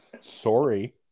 Sorry